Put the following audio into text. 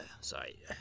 sorry